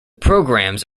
programmes